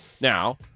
Now